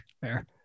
fair